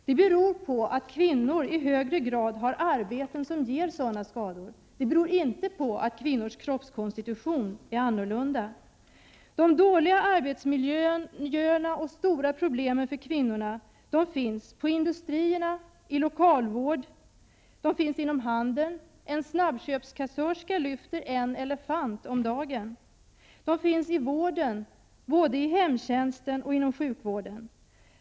Det beror på att kvinnor i högre grad har arbeten som ger sådana skador — det beror inte på att kvinnors kroppskonstitution är en annan än mäns. De dåliga arbetsmiljöerna och de stora problemen för kvinnorna finns på industrierna, i lokalvården, inom handeln. En snabbköpskassörska lyfter en elefant om dagen! De finns vidare i vården, både inom hemtjänsten och inom sjukvården.